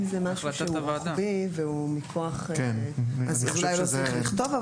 אם זה משהו רוחבי אז אולי לא צריך לכתוב,